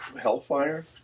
hellfire